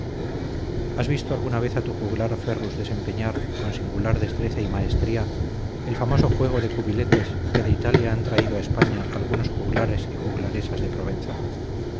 has visto alguna vez a tu juglar ferrus desempeñar con singular destreza y maestría el famoso juego de cubiletes que de italia han traído a españa algunos juglares y juglaresas de provenza